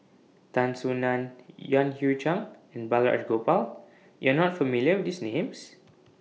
Tan Soo NAN Yan Hui Chang and Balraj Gopal YOU Are not familiar with These Names